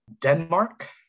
Denmark